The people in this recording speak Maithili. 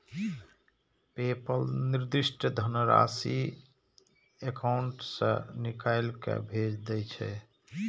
पेपल निर्दिष्ट धनराशि एकाउंट सं निकालि कें भेज दै छै